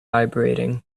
vibrating